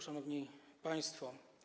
Szanowni Państwo!